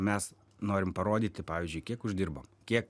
mes norim parodyti pavyzdžiui kiek uždirbo kiek